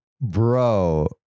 bro